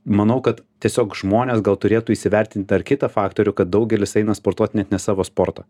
manau kad tiesiog žmonės gal turėtų įsivertint dar kitą faktorių kad daugelis eina sportuot net ne savo sporto